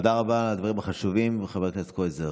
תודה רבה על הדברים החשובים, חבר הכנסת קרויזר.